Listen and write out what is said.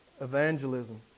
evangelism